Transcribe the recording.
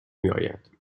میآید